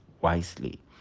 wisely